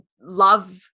love